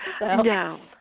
No